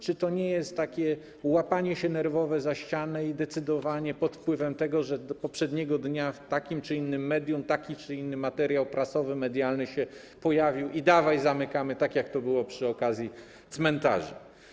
Czy to nie jest nerwowe łapanie się za ścianę i decydowanie pod wpływem tego, że poprzedniego dnia w takim czy innym medium taki czy inny materiał prasowy, medialny się pojawił i: dawaj, zamykamy - tak jak to było przy okazji cmentarzy?